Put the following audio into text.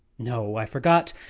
no. i forgot.